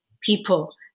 people